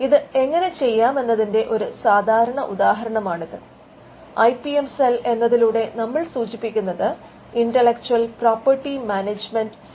ഇത് എങ്ങനെ ചെയ്യാമെന്നതിന്റെ ഒരു സാധാരണ ഉദാഹരണമാണിത് ഐ പി എം സെൽ എന്നതിലൂടെ നമ്മൾ സൂചിപ്പിക്കുന്നത് ഇന്റലക്ച്ചൽ പ്രോപ്പർട്ടി മാനേജ്മന്റ് സെൽ ആണ്